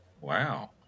Wow